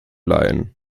leihen